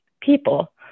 people